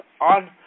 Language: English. on